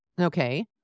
Okay